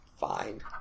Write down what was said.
fine